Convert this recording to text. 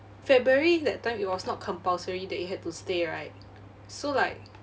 february that time it was not compulsory that you had to stay right so like